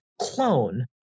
Clone